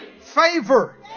favor